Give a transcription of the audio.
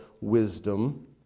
wisdom